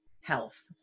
health